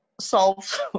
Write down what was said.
solve